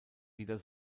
wieder